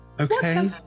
Okay